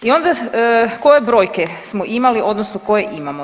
I onda koje brojke smo imali odnosno koje imamo.